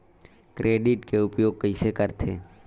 Credit के उपयोग कइसे करथे?